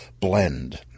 blend